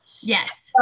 Yes